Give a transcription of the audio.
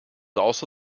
also